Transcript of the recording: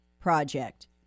project